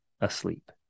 asleep